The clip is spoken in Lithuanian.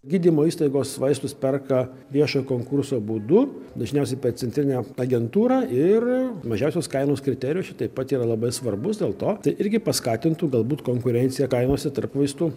gydymo įstaigos vaistus perka viešojo konkurso būdu dažniausiai per centrinę agentūrą ir mažiausios kainos kriterijus čia taip pat yra labai svarbus dėl to tai irgi paskatintų galbūt konkurenciją kainose tarp vaistų